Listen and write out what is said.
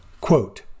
Quote